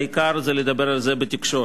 העיקר זה לדבר על זה בתקשורת.